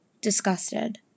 disgusted